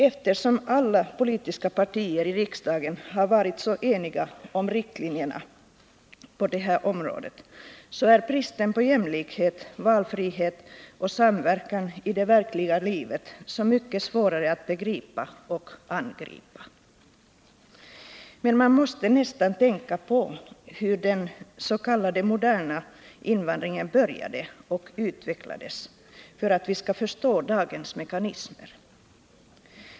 Eftersom alla politiska partier i riksdagen har varit så eniga om riktlinjerna på det här området, är bristen på jämlikhet, valfrihet och samverkan i det verkliga livet så mycket svårare att begripa och angripa. Vi måste nästan tänka på hur den s.k. moderna invandringen började och utvecklades för att vi skall förstå dagens mekanismer.